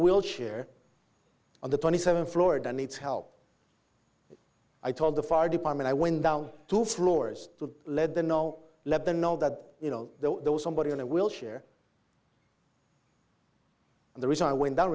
wheelchair on the twenty seven florida needs help i told the fire department i went down two floors to lead the know let them know that you know there was somebody in a wheelchair and the reason i went